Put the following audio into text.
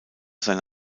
seine